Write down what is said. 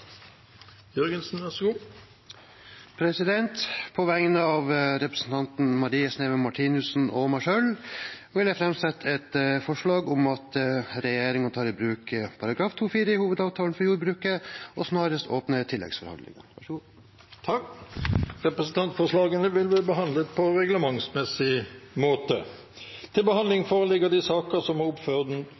På vegne av representanten Marie Sneve Martinussen og meg selv vil jeg framsette et forslag om at regjeringen tar i bruk § 2-4 i hovedavtalen for jordbruket og snarest åpner tilleggsforhandlinger. Representantforslagene vil bli behandlet på reglementsmessig måte.